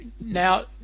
Now